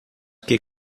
que